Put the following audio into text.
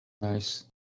Nice